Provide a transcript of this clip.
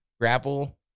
grapple